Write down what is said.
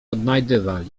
odnajdywali